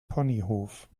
ponyhof